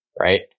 right